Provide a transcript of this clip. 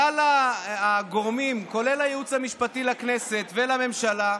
כלל הגורמים, כולל הייעוץ המשפטי לכנסת ולממשלה,